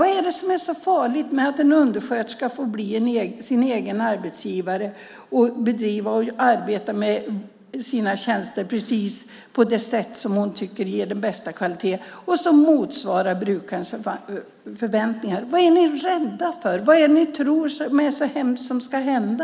Vad är det som är så farligt med att en undersköterska får bli sin egen arbetsgivare och arbeta med sina tjänster på det sätt som hon tycker ger den bästa kvaliteten och som motsvarar brukarens förväntningar? Vad är ni rädda för? Vad är det för hemskt ni tror ska hända?